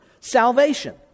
salvation